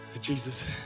Jesus